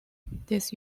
this